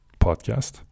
podcast